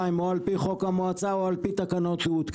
הם או על פי חוק המועצה או על פי תקנות שהותקנו.